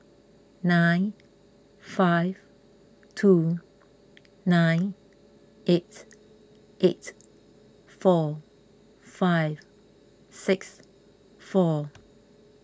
nine five two nine eight eight four five six four